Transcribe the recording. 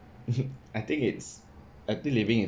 I think it's I think living is